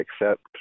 accept